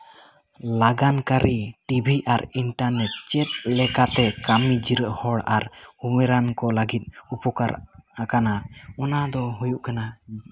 ᱞᱟᱜᱟᱱ ᱠᱟᱹᱨᱤ ᱴᱤᱵᱷᱤ ᱟᱨ ᱤᱱᱴᱟᱨᱱᱮᱴ ᱪᱮᱫ ᱞᱮᱠᱟᱛᱮ ᱠᱟᱹᱢᱤ ᱡᱤᱨᱟᱹᱣ ᱦᱚᱲ ᱟᱨ ᱩᱢᱮᱨᱟᱱ ᱠᱚ ᱞᱟᱹᱜᱤᱫ ᱩᱯᱚᱠᱟᱨ ᱟᱠᱟᱱᱟ ᱚᱱᱟ ᱫᱚ ᱦᱩᱭᱩᱜ ᱠᱟᱱᱟ